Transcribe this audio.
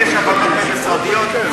הבנות בין-משרדיות,